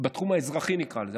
בתחום האזרחי, נקרא לזה.